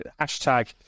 Hashtag